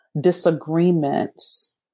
disagreements